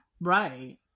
Right